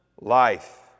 life